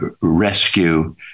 rescue